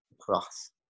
Cross